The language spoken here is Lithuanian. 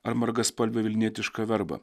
ar margaspalvę vilnietišką verbą